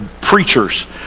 preachers